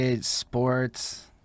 sports